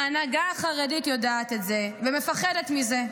ההנהגה החרדית יודעת את זה ומפחדת מזה.